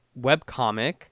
webcomic